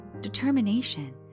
determination